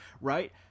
right